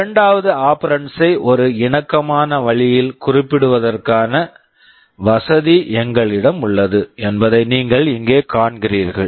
இரண்டாவது operand operand ஐ ஒரு இணக்கமான வழியில் குறிப்பிடுவதற்கான வசதி எங்களிடம் உள்ளது என்பதை நீங்கள் இங்கே காண்கிறீர்கள்